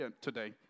today